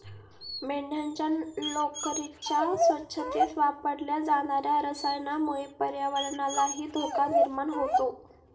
मेंढ्यांच्या लोकरीच्या स्वच्छतेत वापरल्या जाणार्या रसायनामुळे पर्यावरणालाही धोका निर्माण होतो